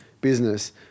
business